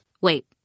Wait